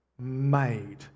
made